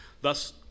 Thus